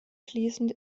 fließend